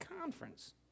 conference